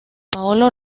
paolo